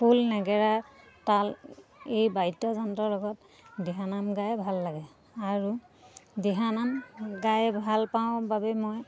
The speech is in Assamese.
খোল নেগেৰা তাল এই বাদ্যযন্ত্ৰৰ লগত দিহানাম গাই ভাল লাগে আৰু দিহানাম গাই ভাল পাওঁ বাবে মই